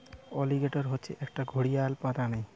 alligator হচ্ছে একটা ঘড়িয়াল প্রাণী